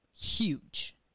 huge